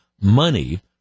money